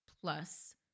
plus